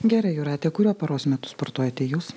gerai jūrate kuriuo paros metu sportuojate jūs